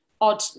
odd